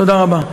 תודה רבה.